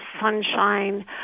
sunshine